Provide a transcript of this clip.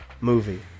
movie